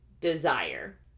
desire